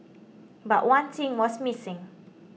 but one thing was missing